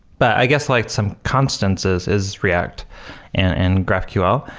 but i guess like some constants is is react and graphql,